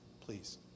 please